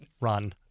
Run